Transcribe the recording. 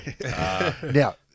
Now